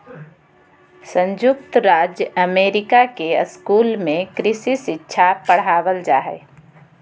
संयुक्त राज्य अमेरिका के स्कूल में कृषि शिक्षा पढ़ावल जा हइ